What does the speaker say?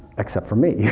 except for me,